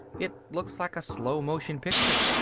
it looks like a slow motion picture.